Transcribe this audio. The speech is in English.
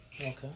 okay